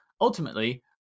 Ultimately